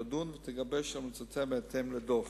והיא תדון ותגבש המלצותיה בהתאם לדוח.